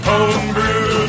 Homebrew